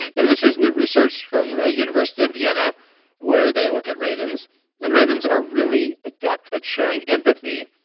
and this is new research from the university of vienna where they look at ravens and ravens are really adept at showing empathy.